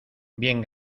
bien